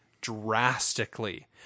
drastically